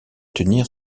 tenir